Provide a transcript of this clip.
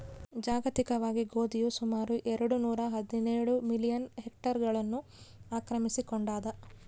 ಜಾಗತಿಕವಾಗಿ ಗೋಧಿಯು ಸುಮಾರು ಎರೆಡು ನೂರಾಹದಿನೇಳು ಮಿಲಿಯನ್ ಹೆಕ್ಟೇರ್ಗಳನ್ನು ಆಕ್ರಮಿಸಿಕೊಂಡಾದ